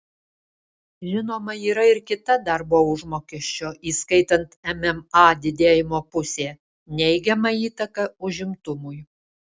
žinoma yra ir kita darbo užmokesčio įskaitant mma didėjimo pusė neigiama įtaka užimtumui